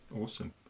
awesome